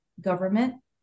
government